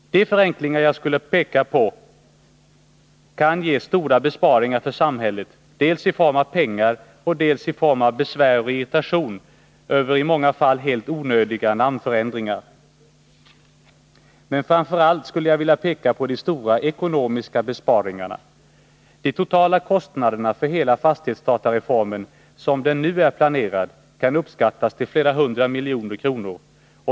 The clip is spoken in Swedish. De förenklingar jag pekat på skulle kunna ge stora besparingar för samhället dels i form av pengar, dels i form av mindre besvär och irritation över i många fall helt onödiga namnförändringar. Framför allt skulle jag vilja peka på de stora ekonomiska besparingarna. De totala kostnaderna för hela fastighetsdatareformen, som den nu är planerad, kan uppskattas till flera hundra miljoner kronor.